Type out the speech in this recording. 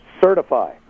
certify